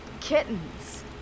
kittens